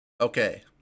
Okay